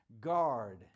Guard